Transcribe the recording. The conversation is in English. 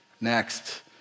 Next